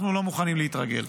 אנחנו לא מוכנים להתרגל.